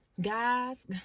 Guys